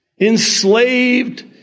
enslaved